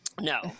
no